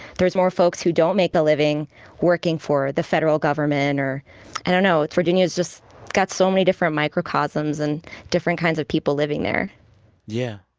there's more folks who don't make a living working for the federal government or i don't know. virginia's just got so many different microcosms and different kinds of people living there yeah.